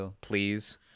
Please